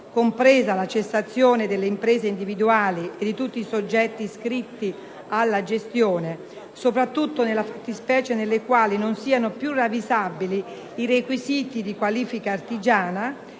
compresa la cessazione delle imprese individuali e di tutti i soggetti iscritti alla gestione, soprattutto nelle fattispecie nelle quali non siano più ravvisabili i requisiti di qualifica artigiana